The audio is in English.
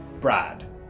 Brad